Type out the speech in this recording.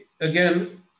again